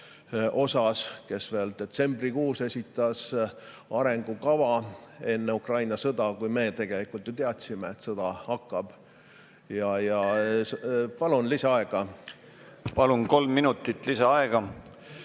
puhul, kes veel detsembrikuus esitas arengukava, enne Ukraina sõda, kui me ju tegelikult teadsime, et sõda hakkab. Palun lisaaega. Palun, kolm minutit lisaaega!